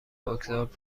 بگذار